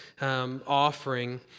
offering